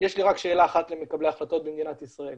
יש לי רק שאלה אחת למקבלי ההחלטות במדינת ישראל,